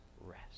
rest